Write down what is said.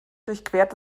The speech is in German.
durchquert